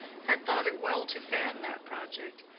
had thought it well to fan that project,